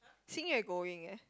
Xin-Ye going leh